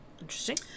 interesting